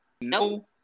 no